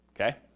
okay